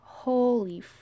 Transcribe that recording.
holy